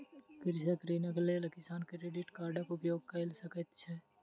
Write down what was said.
कृषक ऋणक लेल किसान क्रेडिट कार्डक उपयोग कय सकैत छैथ